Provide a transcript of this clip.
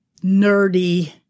nerdy